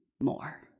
more